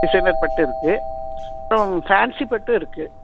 designer பட்டு இருக்கு fancy பட்டும் இருக்கு